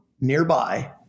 nearby